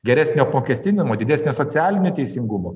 geresnio apmokestinimo didesnio socialinio teisingumo